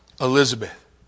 Elizabeth